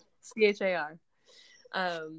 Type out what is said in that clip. C-H-A-R